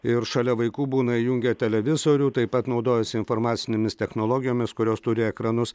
ir šalia vaikų būna įjungia televizorių taip pat naudojasi informacinėmis technologijomis kurios turi ekranus